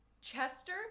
Chester